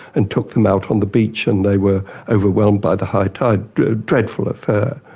and took them out on the beach, and they were overwhelmed by the high tide, a dreadful affair.